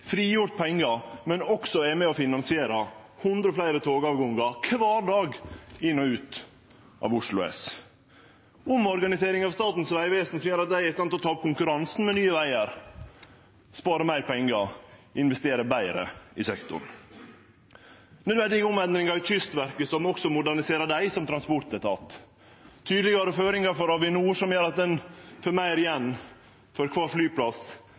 frigjort pengar og også er med på å finansiere hundre fleire togavgangar kvar dag inn og ut av Oslo S omorganiseringa av Statens vegvesen, som gjer at dei kan ta opp konkurransen med Nye Vegar, spare meir pengar og investere betre i sektoren endringane i Kystverket, som også moderniserer dei som transportetat tydelegare føringar for Avinor, som gjer at ein får meir igjen for kvar flyplass